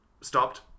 stopped